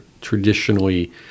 traditionally